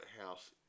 house